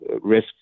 risk